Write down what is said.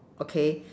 okay